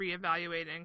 reevaluating